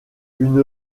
une